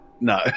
No